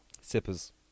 Sippers